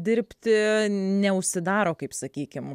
dirbti neužsidaro kaip sakykim